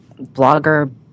blogger